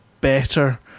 better